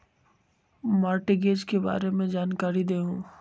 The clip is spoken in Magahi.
मॉर्टगेज के बारे में जानकारी देहु?